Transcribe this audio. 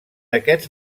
aquests